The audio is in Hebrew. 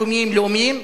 מקומיים לאומיים,